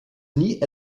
nie